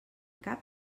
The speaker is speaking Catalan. cap